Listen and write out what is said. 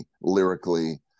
lyrically